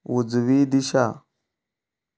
उजवी दिशा